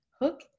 Hook &